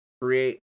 create